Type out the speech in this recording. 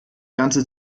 ganze